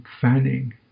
fanning